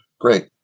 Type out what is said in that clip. great